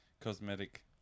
cosmetic